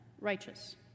righteous